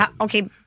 Okay